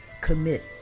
commit